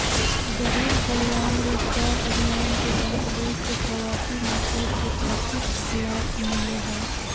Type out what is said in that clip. गरीब कल्याण रोजगार अभियान के तहत देश के प्रवासी मजदूर के अधिक लाभ मिलो हय